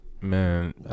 Man